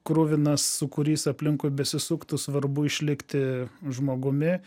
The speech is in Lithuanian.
kruvinas sukurys aplinkui nesisuktų svarbu išlikti žmogumi